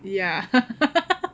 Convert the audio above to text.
ya